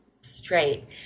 straight